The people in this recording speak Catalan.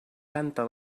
canta